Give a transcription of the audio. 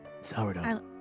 Sourdough